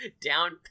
down